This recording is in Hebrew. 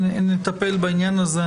נטפל בעניין הזה.